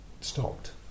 stopped